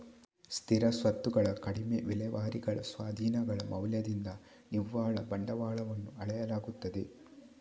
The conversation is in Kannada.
ಸ್ಥಿರ ಸ್ವತ್ತುಗಳ ಕಡಿಮೆ ವಿಲೇವಾರಿಗಳ ಸ್ವಾಧೀನಗಳ ಮೌಲ್ಯದಿಂದ ನಿವ್ವಳ ಬಂಡವಾಳವನ್ನು ಅಳೆಯಲಾಗುತ್ತದೆ